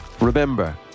remember